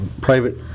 private